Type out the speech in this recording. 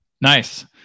nice